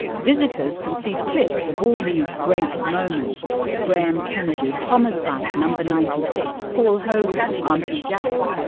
visitors can see clips of all these great moments graham kennedy, homicide, number ninety six, paul hogan, aunty jack.